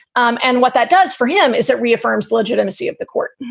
um and what that does for him is it reaffirms legitimacy of the court.